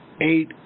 eight